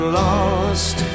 lost